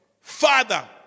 Father